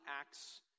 acts